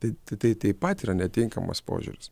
tai tai tai taip pat yra netinkamas požiūris